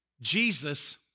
Jesus